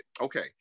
Okay